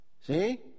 See